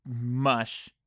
mush